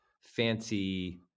fancy